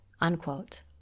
unquote